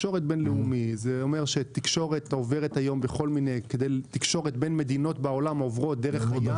תקשורת בין מדינות בכל העולם עוברת דרך הים.